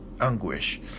anguish